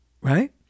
Right